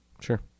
Sure